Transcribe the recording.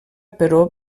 però